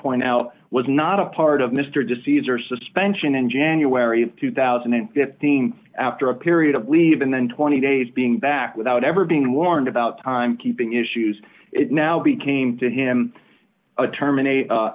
point out was not a part of mr deceives or suspension in january of two thousand and fifteen after a period of leave and then twenty days being back without ever being warned about timekeeping issues it now became to him a terminate